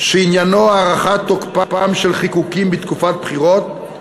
שעניינו הארכת תוקפם של חיקוקים בתקופת בחירות,